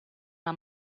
una